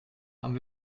haben